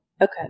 Okay